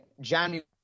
January